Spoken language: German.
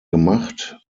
gemacht